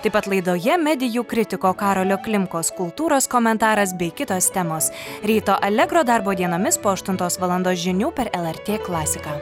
taip pat laidoje medijų kritiko karolio klimkos kultūros komentaras bei kitos temos ryto allegro darbo dienomis po aštuntos valandos žinių per lrt klasiką